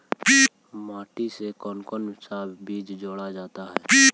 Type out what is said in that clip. माटी से कौन कौन सा बीज जोड़ा जाता है?